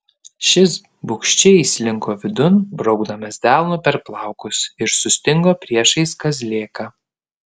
šis bugščiai įslinko vidun braukdamas delnu per plaukus ir sustingo priešais kazlėką